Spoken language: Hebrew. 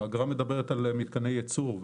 האגרה מדברת על מתקני ייצור,